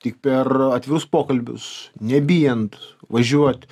tik per atvirus pokalbius nebijant važiuot